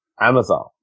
Amazon